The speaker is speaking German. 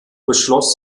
beschloss